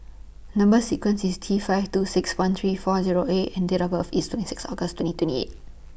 Number sequence IS T five two six one three four Zero A and Date of birth IS twenty six August twenty twenty eight